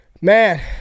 Man